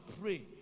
pray